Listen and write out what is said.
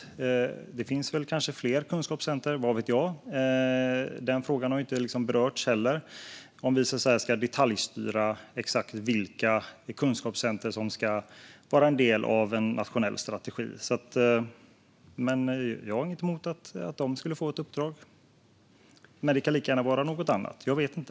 Det finns kanske fler kunskapscentrum, vad vet jag? Den frågan har inte heller berörts, det vill säga om vi ska detaljstyra exakt vilka kunskapscentrum som ska vara en del av en nationell strategi. Jag har inget emot att de skulle få ett uppdrag, men det kan lika gärna vara något annat centrum - jag vet inte.